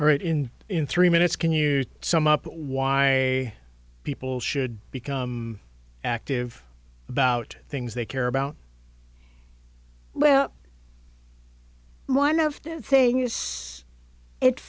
right in in three minutes can you sum up why people should become active about things they care about well one of the thing is